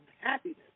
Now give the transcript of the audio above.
happiness